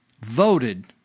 voted